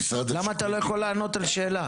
למה אתה לא יכול לענות על שאלה?